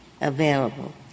available